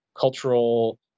cultural